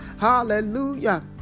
Hallelujah